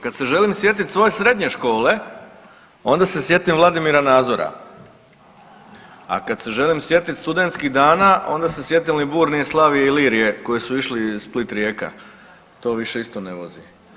Kada se želim sjetiti svoje srednje škole onda se sjetim Vladimira Nazora, a kad se želim sjetiti studentskih dana onda se sjetim Liburnije, Slavije, Ilirije koji su išli Split-Rijeka to isto više ne vozi.